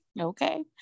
Okay